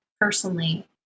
personally